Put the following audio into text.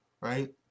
right